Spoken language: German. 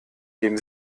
geben